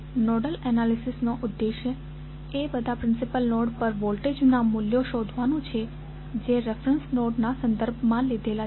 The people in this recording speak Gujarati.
નોડલ એનાલિસિસનો ઉદ્દેશ એ બધા પ્રિન્સિપલ નોડ્સ પર વોલ્ટેજનાં મૂલ્યો શોધવાનું છે જે રેફેરેંસ નોડના સંદર્ભમાં લીધેલા છે